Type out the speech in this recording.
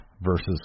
versus